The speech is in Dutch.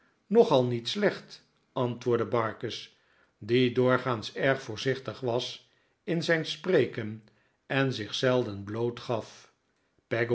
nogal niet slecht antwoordde barkis die doorgaans erg voorzichtig was in zijn spreken en zich zelden bloot gaf peggotty